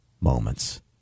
moments